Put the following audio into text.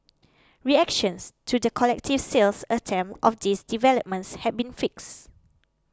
reactions to the collective sales attempt of these developments have been fixed